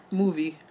movie